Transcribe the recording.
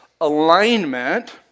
alignment